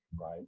right